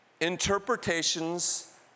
interpretations